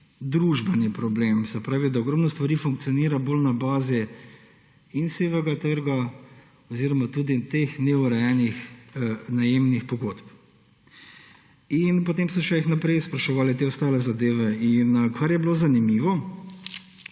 družbeni problem. Se pravi, da ogromno stvari funkcionira bolj na bazi sivega trga oziroma tudi teh neurejenih najemnih pogodb. Potem so še naprej spraševali te ostale zadeve in kar je bilo zanimivo